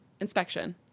Inspection